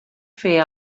fer